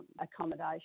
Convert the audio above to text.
accommodation